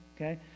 okay